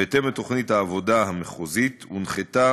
בהתאם לתוכנית העבודה המחוזית הונחתה